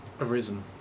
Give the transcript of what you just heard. arisen